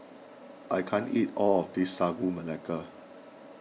I can't eat all of this Sagu Melaka